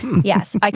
Yes